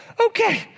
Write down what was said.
Okay